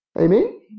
Amen